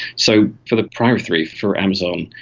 so for the prior three, for amazon,